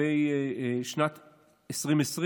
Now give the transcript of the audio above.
בשנת 2020,